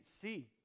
see